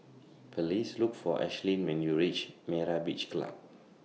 Please Look For Ashlyn when YOU REACH Myra's Beach Club